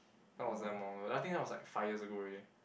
that was damn long I think that was like five years ago already